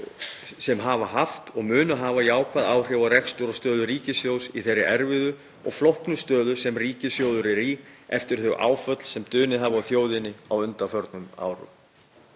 sem hafa haft og munu hafa jákvæð áhrif á rekstur og stöðu ríkissjóðs í þeirri erfiðu og flóknu stöðu sem ríkissjóður er í eftir þau áföll sem dunið hafa á þjóðinni á undanförnum árum.